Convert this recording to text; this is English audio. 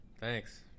Thanks